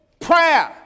prayer